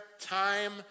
time